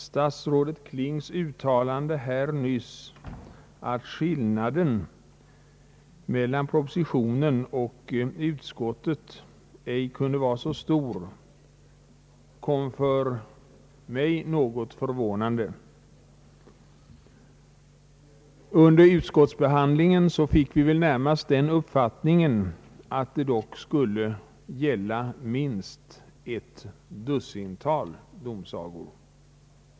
Statsrådet Klings uttalande här nyss, att skillnaden mellan propositionen och utskottet ej kunde vara så stor, förvånade mig något. Under utskottsbehandlingen fick vi närmast den uppfattningen att det dock skulle gälla minst ett dussintal domsagor.